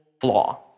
flaw